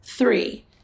Three